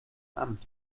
amt